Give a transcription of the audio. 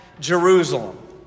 Jerusalem